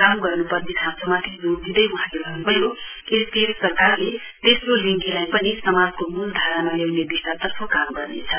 काम गर्नुपर्ने खाँचोमाथि जोड दिँदै वहाँले भन्नुभयो एसडीएफ सरकारले तेस्रो लिङ्गीलाई पनि समाजको मूलधारामा ल्याउने दिशातर्फ काम गर्नेछ